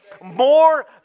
more